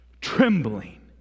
trembling